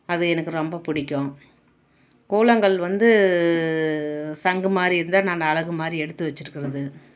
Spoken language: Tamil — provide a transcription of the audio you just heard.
அது எனக்கு ரொம்ப பிடிக்கும் கூழாங்கல் வந்து சங்கு மாதிரி இருந்தால் நான் அழகு மாதிரி எடுத்து வச்சிருக்கறது